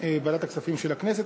לוועדת הכספים של הכנסת.